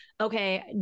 Okay